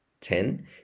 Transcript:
ten